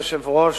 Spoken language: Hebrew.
אדוני היושב-ראש,